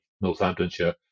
Northamptonshire